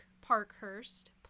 Parkhurst